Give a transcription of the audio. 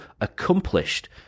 accomplished